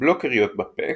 הבלוקריות ב"פאק"